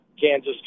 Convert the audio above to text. Kansas